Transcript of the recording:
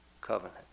covenant